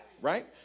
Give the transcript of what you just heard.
right